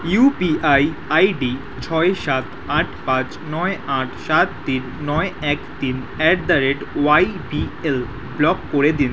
you P I I D ছয় সাত আট পাঁচ নয় আট সাত তিন নয় এক তিন at the rate Y B L block করে দিন